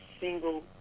single